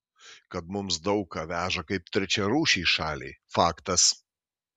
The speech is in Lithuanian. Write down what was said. kad mums daug ką veža kaip trečiarūšei šaliai faktas